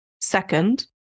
Second